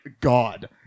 God